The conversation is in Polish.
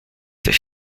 coś